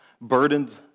burdened